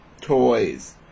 toys